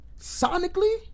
sonically